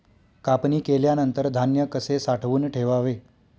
कापणी केल्यानंतर धान्य कसे साठवून ठेवावे?